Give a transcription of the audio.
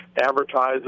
advertise